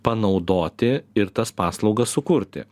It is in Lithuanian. panaudoti ir tas paslaugas sukurti